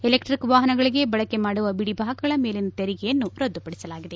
electric ವಾಹನಗಳಿಗೆ ಬಳಕೆ ಮಾಡುವ ಬಿಡಿಭಾಗಗಳ ಮೇಲಿನ ತೆರಿಗೆಯನ್ನು ರದ್ಗುಪಡಿಸಲಾಗಿದೆ